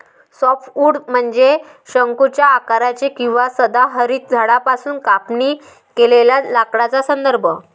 softwood म्हणजे शंकूच्या आकाराचे किंवा सदाहरित झाडांपासून कापणी केलेल्या लाकडाचा संदर्भ